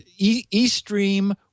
eStream